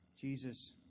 Jesus